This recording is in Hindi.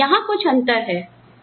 तो यहाँ कुछ अंतर है